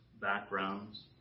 backgrounds